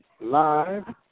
live